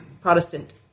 Protestant